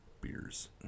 beers